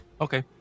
Okay